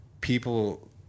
people